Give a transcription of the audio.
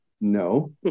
no